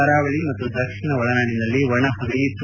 ಕರಾವಳಿ ಮತ್ತು ದಕ್ಷಿಣ ಒಳನಾಡಿನಲ್ಲಿ ಒಣ ಹವೆ ಇತ್ತು